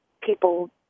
people